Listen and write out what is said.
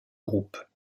groupe